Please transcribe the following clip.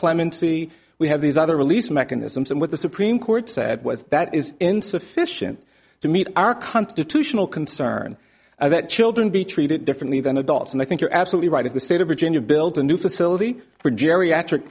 clemency we have these other release mechanisms and what the supreme court said was that is insufficient to meet our constitutional concern and that children be treated differently than adults and i think you're absolutely right if the state of virginia built a new facility for geriatric